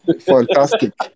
fantastic